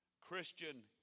Christian